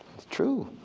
it's true.